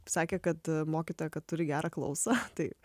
sakė kad mokytoja kad turi gerą klausą tai